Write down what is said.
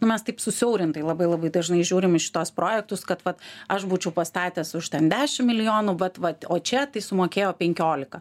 nu mes taip susiaurintai labai labai dažnai žiūrim į šituos projektus kad vat aš būčiau pastatęs už ten dešim milijonų vat vat o čia tai sumokėjo penkiolika